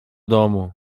domu